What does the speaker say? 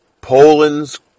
Poland's